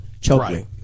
Choking